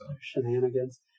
Shenanigans